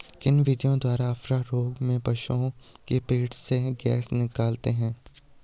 किन विधियों द्वारा अफारा रोग में पशुओं के पेट से गैस निकालते हैं?